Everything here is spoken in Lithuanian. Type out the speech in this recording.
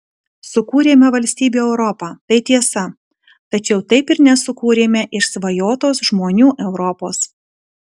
sukūrėme valstybių europą tai tiesa tačiau taip ir nesukūrėme išsvajotos žmonių europos